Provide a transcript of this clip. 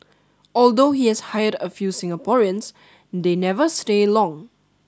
although he has hired a few Singaporeans they never stay long